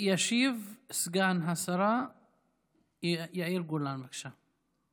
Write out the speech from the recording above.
ישיב סגן השרה יאיר גולן, בבקשה.